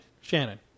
Shannon